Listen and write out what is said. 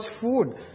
food